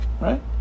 right